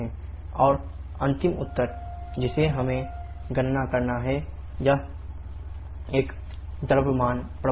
और अंतिम उत्तर जिसे हमें गणना करना है वह एक द्रव्यमान प्रवाह दर है